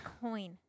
coin